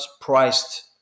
priced